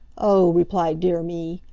oh, replied dear me,